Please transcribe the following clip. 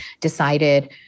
decided